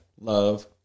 love